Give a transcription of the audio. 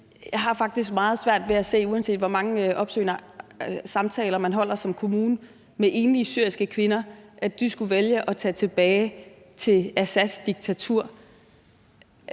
Jeg har faktisk meget svært ved at se, uanset hvor mange opsøgende samtaler man holder som kommune med enlige syriske kvinder, at de skulle vælge at tage tilbage til Assads diktatur.